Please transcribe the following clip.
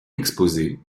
exposées